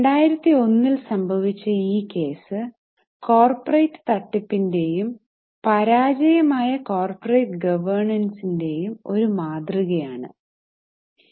2001ൽ സംഭവിച്ച ഈ case corporate തട്ടിപ്പിന്റെയും പരാജയമായ കോർപ്പറേറ്റ് ഗവേര്ണൻസിന്റെയും ഒരു മാതൃക ആണ്